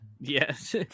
yes